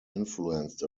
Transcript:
influenced